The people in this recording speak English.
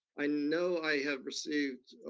i know i have received,